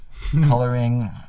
coloring